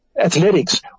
athletics